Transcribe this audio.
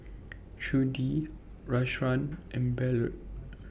Trudie Rashawn and Ballard